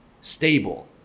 stable